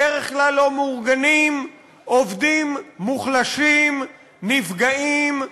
בדרך כלל הם לא מאורגנים, עובדים מוחלשים, נפגעים.